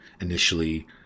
initially